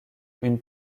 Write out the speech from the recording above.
une